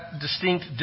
distinct